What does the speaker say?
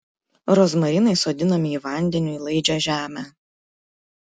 rozmarinai sodinami į vandeniui laidžią žemę